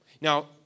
Now